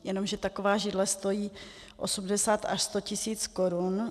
Jenomže taková židle stojí 80 až 100 tisíc korun.